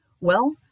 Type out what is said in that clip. Well